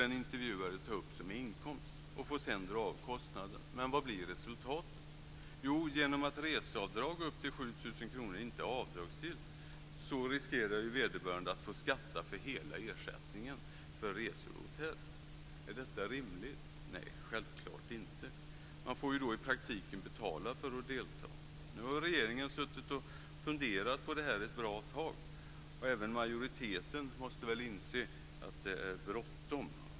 Den intervjuade får ta upp detta som inkomst och sedan dra av kostnaden. Men vad blir resultatet? Jo, genom att reseavdrag upp till 7 000 kr inte är avdragsgilla riskerar vederbörande att få skatta för hela ersättningen för resa och hotell. Är detta rimligt? Nej, självklart inte. Man får då i praktiken betala för att delta. Nu har regeringen suttit och funderat på detta ett bra tag, och även majoriteten måste väl inse att det är bråttom.